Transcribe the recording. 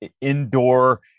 indoor